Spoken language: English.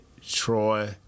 Troy